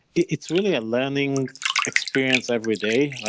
it's really a learning experience every day.